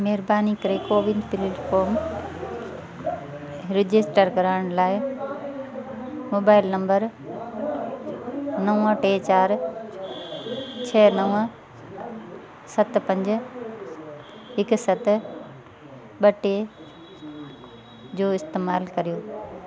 महिरबानी करे CoWIN platform register करण लाइ मोबाइल नंबर नव टे चारि छह नव सत पंज हिकु सत ॿ टे जो इस्तेमालु करियो